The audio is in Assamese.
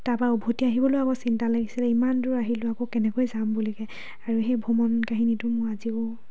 তাৰপৰা উভতি আহিবলৈও আকৌ চিন্তা লাগিছিলে ইমান দূৰ আহিলোঁ আকৌ কেনেকৈ যাম বুলিকে আৰু সেই ভ্ৰমণ কাহিনীটো মোৰ আজিও